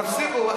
תפסיקו.